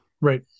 right